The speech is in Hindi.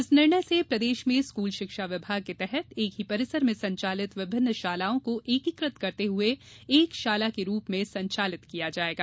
इस निर्णय से प्रदेश में स्कूल शिक्षा विभाग के तहत एक ही परिसर में संचालित विभिन्न शालाओं को एकीकृत करते हुये एक शाला के रूप में संचालित किया जायेगा